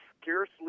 scarcely